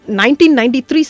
1993